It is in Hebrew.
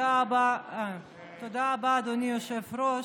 תודה רבה, אדוני היושב-ראש.